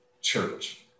church